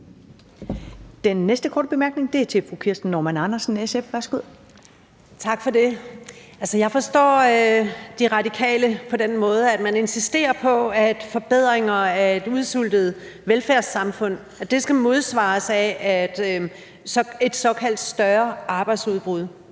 Andersen, SF. Værsgo. Kl. 13:17 Kirsten Normann Andersen (SF): Tak for det. Jeg forstår De Radikale på den måde, at man insisterer på, at forbedringer af et udsultet velfærdssamfund skal modsvares af et såkaldt større arbejdsudbud.